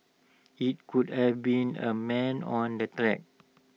IT could have been A man on the track